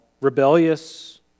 rebellious